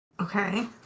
okay